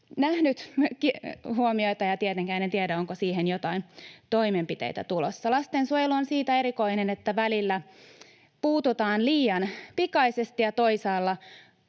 nähnyt huomioita, ja tietenkään en tiedä, onko siihen jotain toimenpiteitä tulossa. Lastensuojelu on siitä erikoinen, että välillä puututaan liian pikaisesti ja toisaalla